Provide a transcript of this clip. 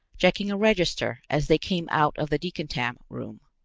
checking a register as they came out of the decontam room,